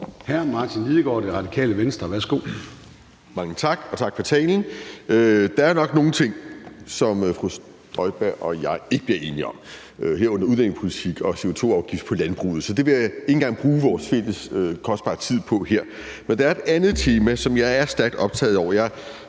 13:22 Martin Lidegaard (RV): Mange tak, og tak for talen. Der er nok nogle ting, som fru Inger Støjberg og jeg ikke bliver enige om, herunder udlændingepolitik og CO2-afgift på landbruget, så det vil jeg ikke engang bruge vores fælles kostbare tid på her. Men der er et andet tema, som jeg er stærkt optaget af.